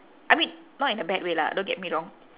I mean not in a bad way lah don't get me wrong